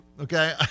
Okay